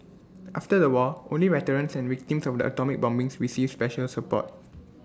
after the war only veterans and victims from the atomic bombings received special support